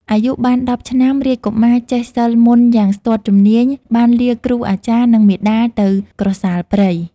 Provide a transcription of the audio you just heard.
អាយុបាន១០ឆ្នាំ រាជកុមារចេះសិល្ប៍មន្តយ៉ាងស្ទាត់ជំនាញបានលាគ្រូអាចារ្យ និងមាតាទៅក្រសាលព្រៃ។